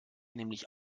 nämlich